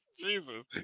Jesus